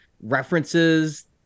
references